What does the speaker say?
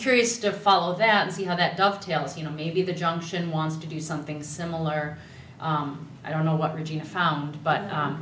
curious to follow that and see how that dovetails you know maybe the junction wants to do something similar i don't know what region found but